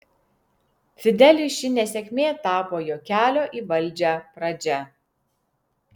fideliui ši nesėkmė tapo jo kelio į valdžią pradžia